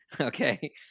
Okay